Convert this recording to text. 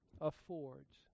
affords